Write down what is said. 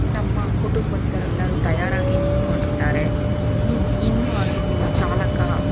ನಮ್ಮ ಕುಟುಂಬಸ್ಥರೆಲ್ಲರು ತಯಾರಾಗಿ ನಿಂತ್ಕೊಂಡಿದ್ದಾರೆ ನೀವು ಇನ್ನು ಆದರೂ ನಿಮ್ಮ ಚಾಲಕ